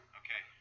okay